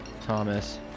thomas